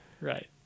Right